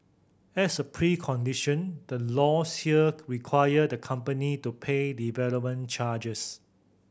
as a precondition the laws here require the company to pay development charges